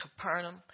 Capernaum